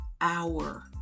hour